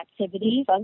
activities